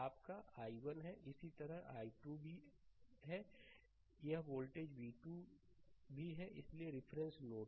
आपका i1 है इसी तरह यह i2 भी i2 है यह वोल्टेज v2 भी है इसलिए रिफरेंस नोड